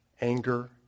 anger